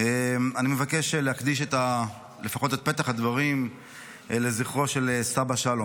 אני מבקש להקדיש לפחות את פתח הדברים לזכרו של סבא שלום.